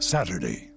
Saturday